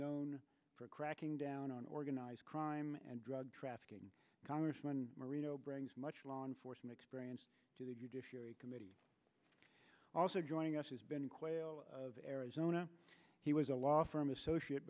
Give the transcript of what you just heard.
known for cracking down on organized crime and drug trafficking congressman marino brings much law enforcement experience to the committee also joining us has been quite arizona he was a law firm associate